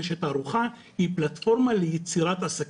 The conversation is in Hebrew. שתערוכה היא פלטפורמה ליצירת עסקים.